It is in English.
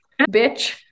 Bitch